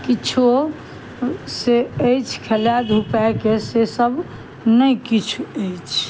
किछो से अछि खेला धुपाइके से सभ नइ किछ अइछ